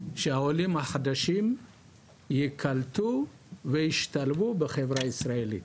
שעולים החדשים ייקלטו וישתלבו בחברה הישראלית,